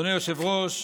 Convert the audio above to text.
אדוני היושב-ראש,